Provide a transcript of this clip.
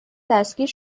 دستگیر